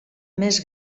més